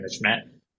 management